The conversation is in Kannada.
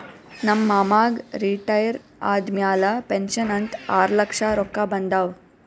ನಮ್ ಮಾಮಾಗ್ ರಿಟೈರ್ ಆದಮ್ಯಾಲ ಪೆನ್ಷನ್ ಅಂತ್ ಆರ್ಲಕ್ಷ ರೊಕ್ಕಾ ಬಂದಾವ್